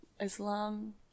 Islam